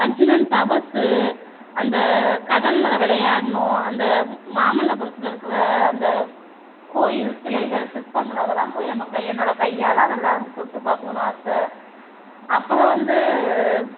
அர்ஜுனன் தபசு அந்த கடலில் விளையாட்ணும் அந்த மாமல்லபுரத்தில் இருக்கிற அந்த கோயில் சிலைகள் சிற்பங்கள் அதெல்லாம் போய் நம்ம என்னோட கையால் அதெல்லாம் வந்து தொட்டு பார்க்கணும்ன்னு ஆசை அப்புறம் வந்து